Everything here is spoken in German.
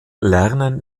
lernen